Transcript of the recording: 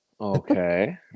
Okay